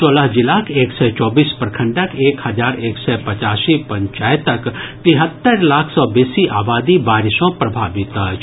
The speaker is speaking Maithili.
सोलह जिलाक एक सय चौबीस प्रखंडक एक हजार एक सय पचासी पंचायतक तिहत्तरि लाख सँ बेसी आबादी बाढ़ि सँ प्रभावित अछि